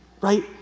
right